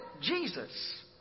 Jesus